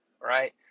right